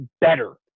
better